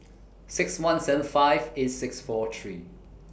six one seven five eight six four three